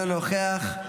אינו נוכח,